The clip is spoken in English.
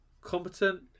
Competent